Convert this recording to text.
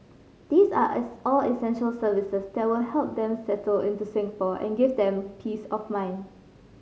these are as all essential services that will help them settle into Singapore and give them peace of mind